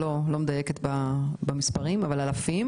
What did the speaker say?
המון, אלפים